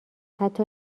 حتی